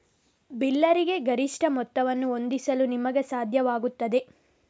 ಬಿಲ್ಲರಿಗೆ ಗರಿಷ್ಠ ಮೊತ್ತವನ್ನು ಹೊಂದಿಸಲು ನಿಮಗೆ ಸಾಧ್ಯವಾಗುತ್ತದೆ